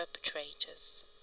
perpetrators